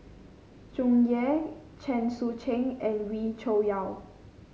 Tsung Yeh Chen Sucheng and Wee Cho Yaw